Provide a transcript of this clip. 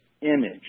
image